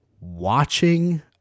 watching